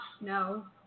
no